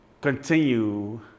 continue